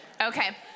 Okay